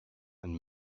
and